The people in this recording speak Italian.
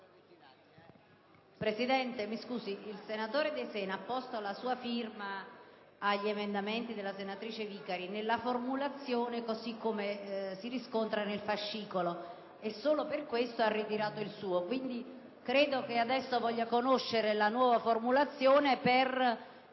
Presidente, il senatore De Sena ha apposto la sua firma agli emendamenti della senatrice Vicari nella formulazione originaria che si riscontra nel fascicolo e solo per questo ha ritirato l'emendamento 15.516. Credo che adesso voglia conoscere la nuova formulazione per